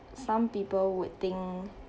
some people would think